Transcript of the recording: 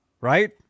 Right